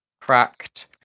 cracked